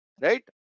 right